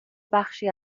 بخشی